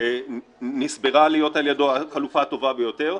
שהוא סבר שהיא החלופה הטובה ביותר.